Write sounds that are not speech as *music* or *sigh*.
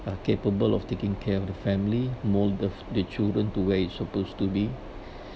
uh capable of taking care of the family mould the the children to where it supposed to be *breath*